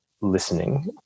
listening